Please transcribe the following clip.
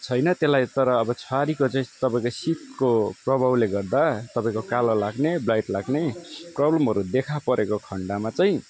छैन त्यसलाई तर अब छहारीको चाहिँ तपाईँको शीतको प्रभावले गर्दा तपाईँको कालो लाग्ने ब्लाइट लाग्ने प्रोब्लमहरू देखा परेको खन्डमा चाहिँ